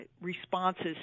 responses